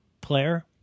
player